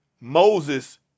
Moses